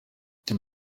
ati